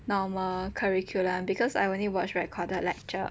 normal curriculum because I only watch recorded lecture